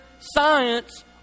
science